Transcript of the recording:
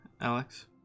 Alex